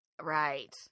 Right